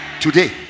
Today